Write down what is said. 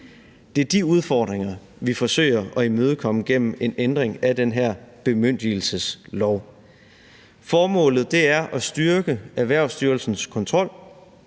Det er de udfordringer, vi forsøger at imødekomme gennem en ændring af den her bemyndigelseslov. Formålet er at styrke Erhvervsstyrelsens kontrol